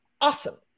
awesome